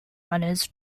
runners